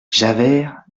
javert